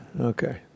Okay